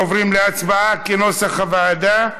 עוברים להצבעה, כנוסח הוועדה.